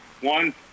One